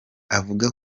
avuga